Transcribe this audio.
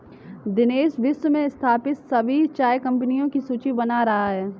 दिनेश विश्व में स्थापित सभी चाय कंपनियों की सूची बना रहा है